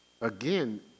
Again